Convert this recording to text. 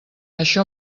això